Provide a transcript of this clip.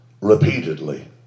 repeatedly